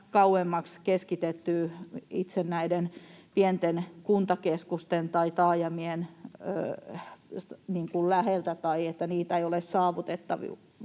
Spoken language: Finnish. kauemmaksi keskitetty itse näiden pienten kuntakeskusten tai taajamien läheltä niin, että niitä ei ole saavutettavissa.